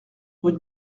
rue